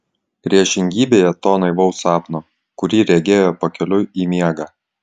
priešingybėje to naivaus sapno kurį regėjo pakeliui į miegą